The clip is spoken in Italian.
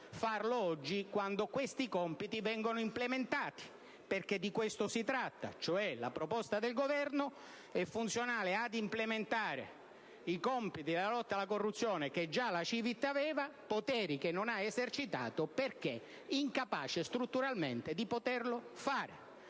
nel quale questi compiti vengono implementati. Di questo si tratta: la proposta del Governo è cioè funzionale ad implementare i compiti della lotta alla corruzione che già la CiVIT aveva, poteri che non ha esercitato perché incapace strutturalmente di poterlo fare.